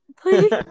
please